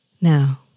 Now